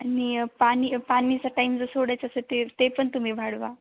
आणि पाणी पाणीचा टाईम जर सोडायचं असं ते ते पण तुम्ही वाढवा